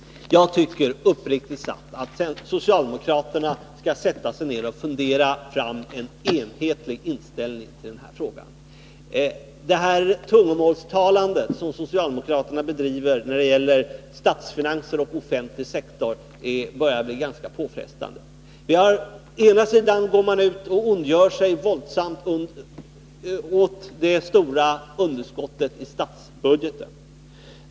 Jag tycker uppriktigt sagt att socialdemokraterna skall sätta sig ned och fundera fram en enhetlig inställning i den här frågan. Det tungomålstalande som socialdemokraterna ägnar sig åt när det gäller statsfinanser och offentlig sektor börjar bli ganska påfrestande. Först ondgör man sig våldsamt över det stora underskottet i statsbudgeten.